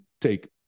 take